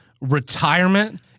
Retirement